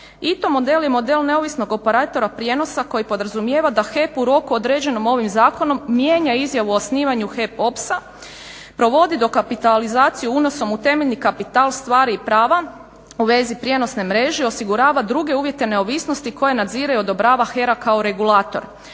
ITO model je model neovisnog operatora prijenosa koji podrazumijeva da HEP u roku određenom ovim zakonom mijenja izjavu o osnivanju HEP OPS-a provodi dokapitalizaciju unosom u temeljni kapital stvari i prava u vezi prijenosne mreže i osigurava druge uvjete neovisnosti koje nadzire i odobrava HERA kao regulator.